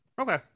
Okay